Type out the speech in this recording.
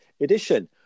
edition